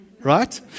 Right